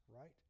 right